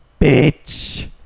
bitch